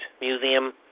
museum